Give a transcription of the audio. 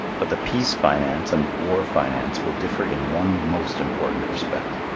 but the peace finance and the war finance will differ in one most important respect.